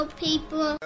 people